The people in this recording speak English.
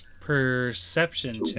perception